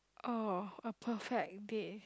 oh a perfect date